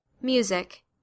Music